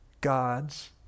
God's